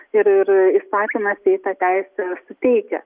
ir ir įstatymas jai tą teisę suteikia